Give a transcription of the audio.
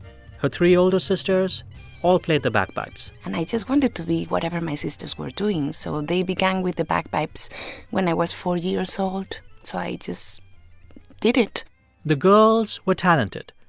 her three older sisters all played the bagpipes and i just wanted to be whatever my sisters were doing. so they began with the bagpipes when i was four years old, so i just did it the girls were talented.